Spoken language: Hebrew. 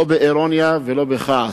לא באירוניה ולא בכעס,